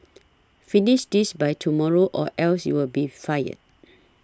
finish this by tomorrow or else you'll be fired